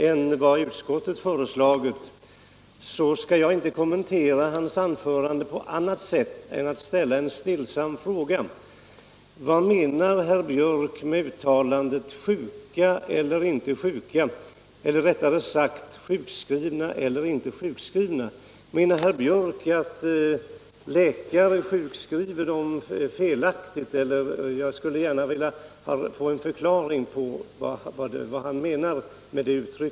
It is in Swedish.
Herr talman! Eftersom herr Biörck i Värmdö inte hade annat yrkande än vad utskottet föreslagit skall jag inte kommentera hans anförande på annat sätt än genom att ställa en stillsam fråga: Vad menar herr Biörck med formuleringen sjuka — eller kanske man i dag kan säga ”sjukskrivna”? Menar herr Biörck att läkare sjukskriver personer felaktigt? Jag skulle gärna vilja ha en förklaring på vad han avser med det uttrycket.